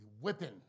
whipping